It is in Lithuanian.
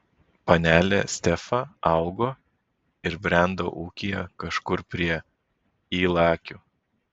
panelė stefa augo ir brendo ūkyje kažkur prie ylakių